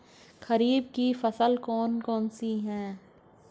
खरीफ की फसलें कौन कौन सी हैं?